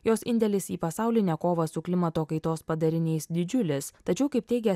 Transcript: jos indėlis į pasaulinę kovą su klimato kaitos padariniais didžiulis tačiau kaip teigia